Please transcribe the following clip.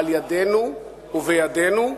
על-ידינו ובידינו,